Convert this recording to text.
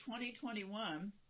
2021